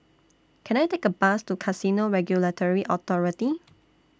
Can I Take A Bus to Casino Regulatory Authority